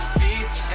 beats